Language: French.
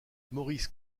maurice